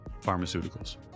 pharmaceuticals